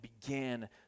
began